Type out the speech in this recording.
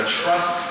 trust